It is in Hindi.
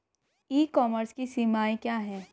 ई कॉमर्स की सीमाएं क्या हैं?